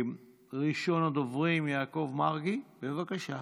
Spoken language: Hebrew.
ראשון הדוברים, יעקב מרגי, בבקשה.